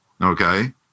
Okay